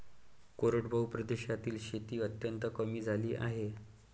कोरडवाहू प्रदेशातील शेती अत्यंत कमी झाली आहे